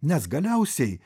nes galiausiai